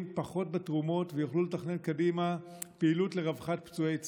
פחות בתרומות ויוכלו לתכנן קדימה פעילות לרווחת פצועי צה"ל.